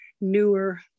newer